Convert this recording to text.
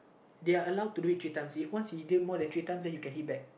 they are allowed to do it three times if once they do more than three times then you can hit back